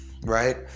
right